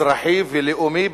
אזרחי ולאומי,